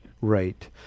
Right